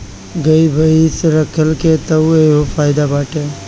गाई भइस रखला के तअ इहे फायदा बाटे